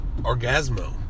Orgasmo